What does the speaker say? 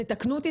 תקנו אותי,